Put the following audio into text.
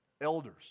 elders